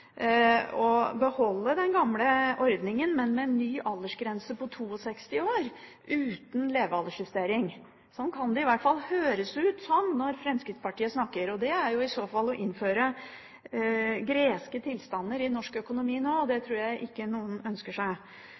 å beholde den gamle ordningen, men med ny aldersgrense på 62 år, uten levealdersjustering. Sånn kan det i hvert fall høres ut når Fremskrittspartiet snakker. Det er i så fall å innføre greske tilstander i norsk økonomi nå, og det tror jeg ingen ønsker seg.